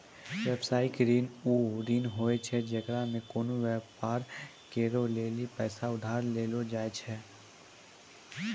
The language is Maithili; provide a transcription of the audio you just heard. व्यवसायिक ऋण उ ऋण होय छै जेकरा मे कोनो व्यापार करै लेली पैसा उधार लेलो जाय छै